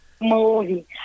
movie